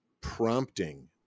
prompting